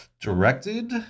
directed